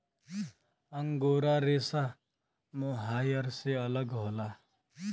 angora रेसा mohair से अलग होला